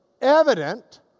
evident